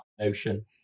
notion